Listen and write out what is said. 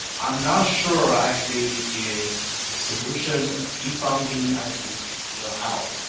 i'm not sure actually is solution ah defunding actually will help,